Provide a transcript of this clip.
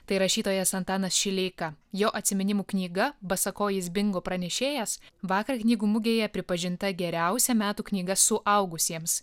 tai rašytojas antanas šileika jo atsiminimų knyga basakojis bingo pranešėjas vakar knygų mugėje pripažinta geriausia metų knyga suaugusiems